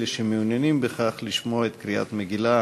שמעוניינים בכך לשמוע את קריאת המגילה